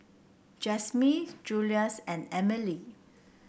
Jasmyn Julious and Emily